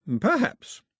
Perhaps